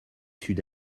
sud